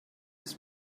ist